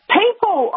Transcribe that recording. people